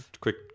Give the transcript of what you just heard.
quick